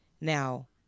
Now